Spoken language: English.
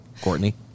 Courtney